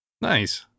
nice